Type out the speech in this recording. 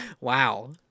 Wow